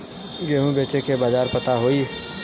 गेहूँ बेचे के बाजार पता होई?